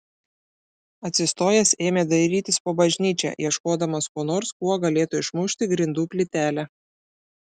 atsistojęs ėmė dairytis po bažnyčią ieškodamas ko nors kuo galėtų išmušti grindų plytelę